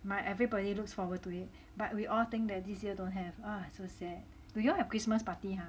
my everybody looks forward to it but we all think that this year don't have ah so sad do you all have christmas party